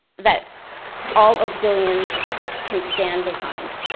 that all oakvillians can stand behind.